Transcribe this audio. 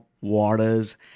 waters